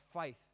faith